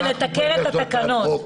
לתקן את התקנות.